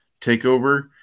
takeover